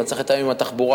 אתה צריך לתאם עם התחבורה,